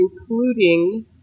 including